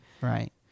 Right